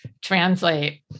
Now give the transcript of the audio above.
translate